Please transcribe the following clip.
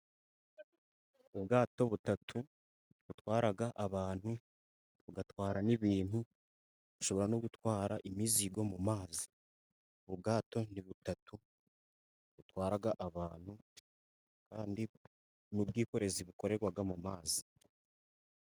Ubwato butatu butwara abantu, bugatwara n'ibintu, bushobora no gutwara imizigo mu mazi, ubwato ni butatu butwara abantu, kandi n'ubwikorezi bukorerwa mu mazi.